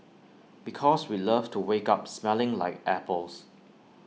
because we'd love to wake up smelling like apples